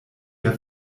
der